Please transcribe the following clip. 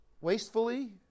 wastefully